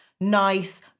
nice